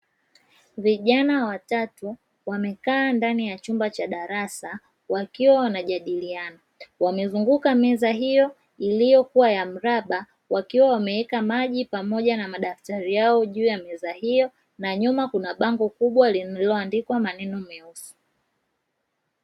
Vijana watatu wamekaa ndani ya chumba cha darasa wakiwa wanajadiliana, wamezunguka meza hiyo iliyokuwa ya mraba. Wakiwa wameweka maji na madaftari juu ya meza hiyo na nyuma kuna bango kubwa lililoandikwa kwa maneno meusi.